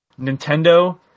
Nintendo